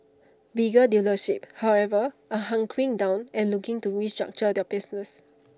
bigger dealerships however are hunkering down and looking to restructure their business